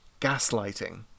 gaslighting